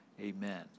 Amen